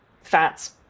fats